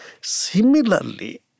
Similarly